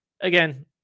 again